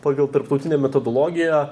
pagal tarptautinę metodologiją